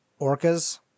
orcas